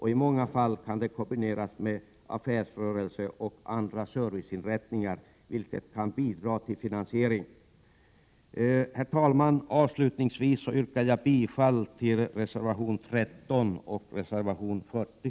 I många fall kan de kombineras med affärsrörelser och andra serviceinrättningar, vilket kan bidra till finansieringen. Herr talman! Avslutningsvis yrkar jag bifall till reservation 13 och reservation 40.